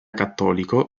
cattolico